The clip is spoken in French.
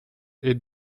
est